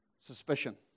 suspicion